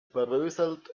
bröselt